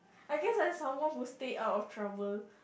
I guess I'm someone who stay out of trouble